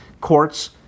courts